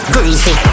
Greasy